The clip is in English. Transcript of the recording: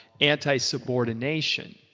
anti-subordination